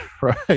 Right